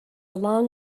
long